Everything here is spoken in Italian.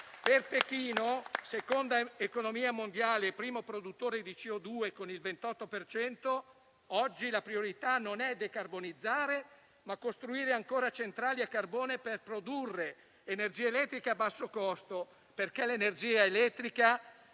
Per Pechino, seconda economia mondiale e primo produttore di anidride carbonica (con il 28 per cento), oggi la priorità non è decarbonizzare, ma costruire ancora centrali a carbone per produrre energia elettrica a basso costo, perché l'energia elettrica